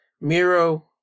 Miro